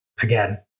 again